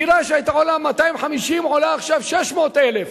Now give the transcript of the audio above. דירה שעלתה 250,000 עולה עכשיו 600,000,